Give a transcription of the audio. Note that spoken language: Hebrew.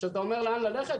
כשאתה אומר, לאן ללכת?